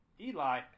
Eli